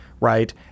right